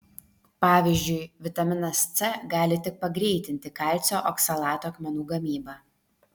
pavyzdžiui vitaminas c gali tik pagreitinti kalcio oksalato akmenų gamybą